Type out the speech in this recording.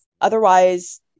otherwise